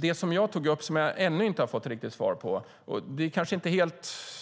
Det som jag tog upp och som jag ännu inte har fått svar på är kanske inte